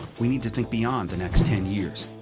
we need to think beyond the next ten years.